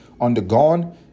undergone